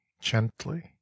gently